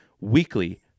Weekly